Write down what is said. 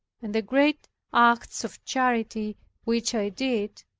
and the great acts of charity which i did,